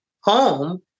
home